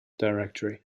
directory